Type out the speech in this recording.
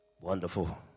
Wonderful